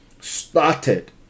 started